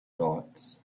dots